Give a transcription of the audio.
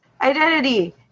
identity